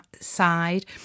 side